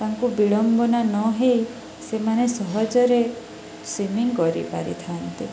ତାଙ୍କୁ ବିଡ଼ମ୍ବନା ନ ହେଇ ସେମାନେ ସହଜରେ ସୁଇମିଂ କରିପାରିଥାନ୍ତି